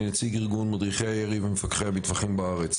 אני נציג ארגון מדריכי הירי ומפקחי המטווחים בארץ,